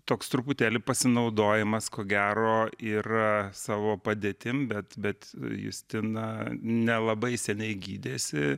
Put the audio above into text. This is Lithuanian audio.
toks truputėlį pasinaudojimas ko gero yra savo padėtim bet bet justina nelabai seniai gydėsi